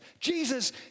Jesus